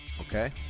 Okay